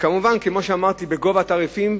וכמובן כמו שאמרתי בגובה התעריפים,